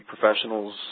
professionals